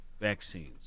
vaccines